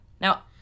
Now